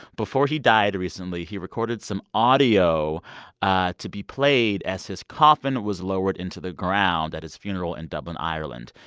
before he died recently, he recorded some audio ah to be played as his coffin was lowered into the ground at his funeral in dublin, ireland.